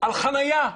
על חניה,